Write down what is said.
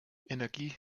energie